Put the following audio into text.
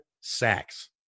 sacks